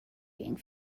being